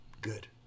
Good